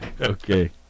Okay